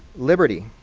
liberty,